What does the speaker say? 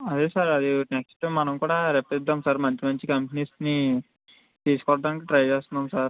అదే సార్ అది నెక్స్ట్ మనం కూడా రప్పిద్దాం సార్ మంచి మంచి కంపెనీస్ని తీసుకు రావడానికి ట్రై చేస్తున్నాము సార్